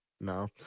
No